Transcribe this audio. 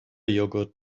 yogurt